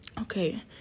Okay